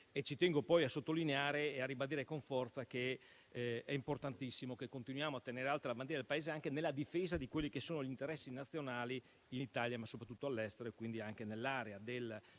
Ci tengo poi a sottolineare e a ribadire con forza che è importantissimo che continuiamo a tenere alta la bandiera del Paese anche nella difesa degli interessi nazionali, in Italia ma soprattutto all'estero, e quindi anche nell'area allargata